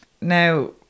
Now